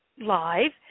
live